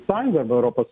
sąjungoj arba europos